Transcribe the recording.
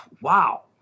Wow